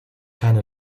keine